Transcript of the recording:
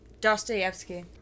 Dostoevsky